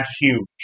huge